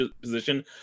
position